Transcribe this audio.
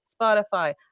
spotify